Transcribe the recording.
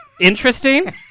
Interesting